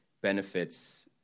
benefits